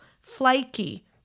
flaky